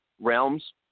realms